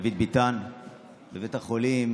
דוד ביטן בבית החולים.